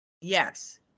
yes